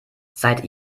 seit